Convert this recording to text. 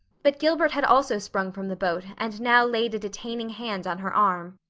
but gilbert had also sprung from the boat and now laid a detaining hand on her arm.